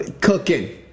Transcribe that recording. cooking